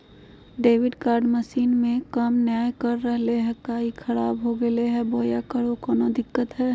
Debit card machine में काम नाय कर रहले है, का ई खराब हो गेलै है बोया औरों कोनो दिक्कत है?